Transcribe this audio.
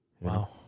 Wow